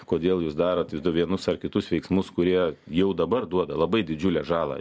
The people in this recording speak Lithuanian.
kodėl jūs darot vienus ar kitus veiksmus kurie jau dabar duoda labai didžiulę žalą